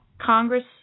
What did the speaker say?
Congress